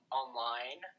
online